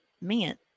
meant